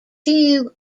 two